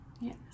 Yes